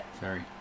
sorry